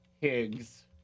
Higgs